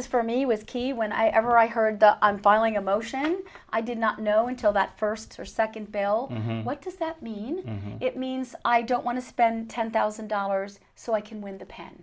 is for me with katie when i ever i heard the i'm filing a motion i did not know until that first or second bill what does that mean it means i don't want to spend ten thousand dollars so i can win the pen